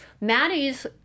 Maddie's